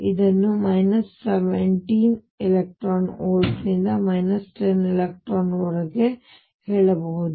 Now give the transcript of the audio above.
ಉದಾಹರಣೆಗೆ ಹೇಳೋಣ ಇದನ್ನು 17 eV ನಿಂದ 10 eV ವರೆಗೆ ಹೇಳಬಹುದು